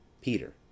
Peter